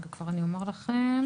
רגע אני אומר לכם.